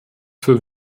für